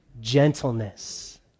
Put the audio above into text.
Gentleness